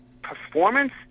Performance